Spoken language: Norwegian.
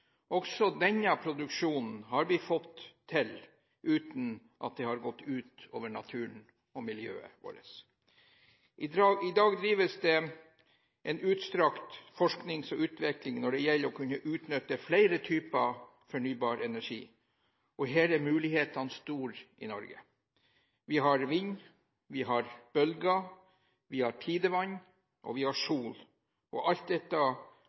Også denne produksjonen har vi fått til uten at det har gått ut over naturen og miljøet vårt. I dag drives det utstrakt forskning og utvikling for å kunne utnytte flere typer fornybar energi, og her er mulighetene store i Norge. Vi har vind, vi har bølger, vi har tidevann, og vi har sol. Alt dette